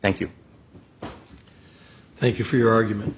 thank you thank you for your argument